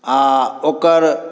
आओर ओकर